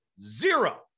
zero